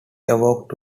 awoke